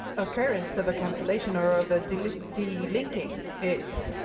occurrence of a cancellation or of a delinking delinking it,